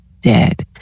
dead